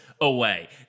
away